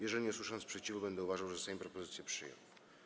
Jeżeli nie usłyszę sprzeciwu, będę uważał, że Sejm propozycje przyjął.